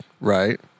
right